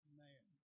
Amen